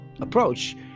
approach